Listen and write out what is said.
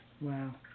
Wow